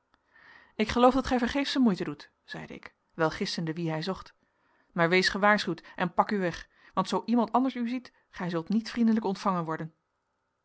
ik geloof dat gij vergeefsche moeite doet zeide ik wel gissende wien hij zocht maar wees gewaarschuwd en pak u weg want zoo iemand anders u ziet gij zult niet vriendelijk ontvangen worden